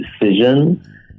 decision